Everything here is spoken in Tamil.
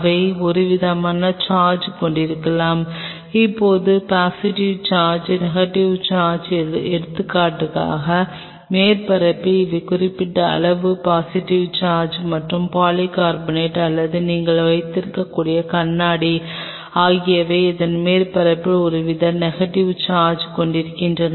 அவை ஒருவிதமான சார்ஜ் கொண்டிருக்கலாம் இப்போது பாசிட்டிவ் சார்ஜ் நெகட்டிவ் சார்ஜ் எடுத்துக்காட்டாக மேற்பரப்பில் அவை குறிப்பிட்ட அளவு பாசிட்டிவ் சார்ஜ் மற்றும் பாலிகார்பனேட் அல்லது நீங்கள் வைத்திருக்கும் கண்ணாடி ஆகியவை அதன் மேற்பரப்பில் ஒருவித நெகட்டிவ் சார்ஜ் கொண்டிருக்கின்றன